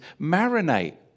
marinate